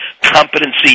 competency